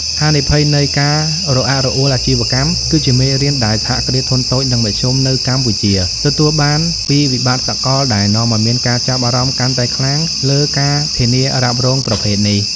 ហានិភ័យនៃ "ការរអាក់រអួលអាជីវកម្ម" គឺជាមេរៀនដែលសហគ្រាសធុនតូច និងមធ្យមនៅ កម្ពុជាទទួលបានពីវិបត្តិសកល ដែលនាំឱ្យមានការចាប់អារម្មណ៍កាន់តែខ្លាំងលើ ការធានារ៉ាប់រង ប្រភេទនេះ។